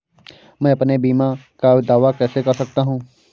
मैं अपने बीमा का दावा कैसे कर सकता हूँ?